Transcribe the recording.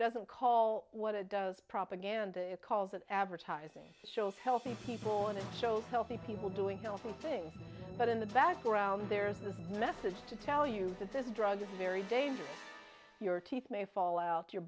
doesn't call what it does propaganda it calls it advertising shows healthy people and it shows healthy people doing healthy thing but in the background there is this message to tell you that this drug is very dangerous your teeth may fall out your